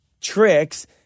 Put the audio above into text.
tricks